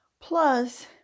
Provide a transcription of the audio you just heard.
plus